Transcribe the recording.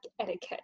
etiquette